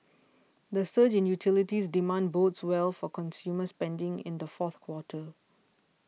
the surge in utilities demand bodes well for consumer spending in the fourth quarter